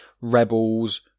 Rebels